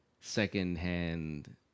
secondhand